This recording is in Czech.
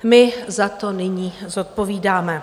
My za to nyní zodpovídáme.